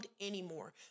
anymore